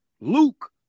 Luke